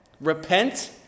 Repent